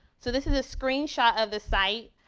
so, this is a screenshot of the site.